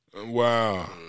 Wow